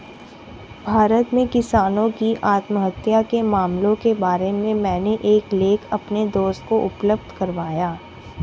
भारत में किसानों की आत्महत्या के मामलों के बारे में मैंने एक लेख अपने दोस्त को उपलब्ध करवाया